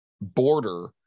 border